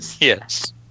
yes